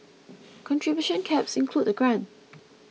contribution caps include the grant